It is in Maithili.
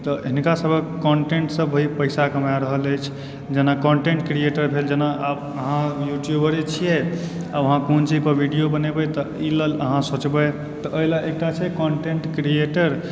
तऽ हिनका सभक कन्टेन्टसभ अभी पैसा कमा रहल अछि जेना कन्टेन्ट क्रियेटर भेल जेना आब अहाँ यूटूबरे छियै आब अहाँ कोन चीज पर वीडियो बनेबय तऽ ई लेल अहाँ सोचबय तऽ ओहिला एकटा छै कन्टेन्ट क्रियेटर